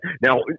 Now